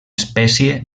espècie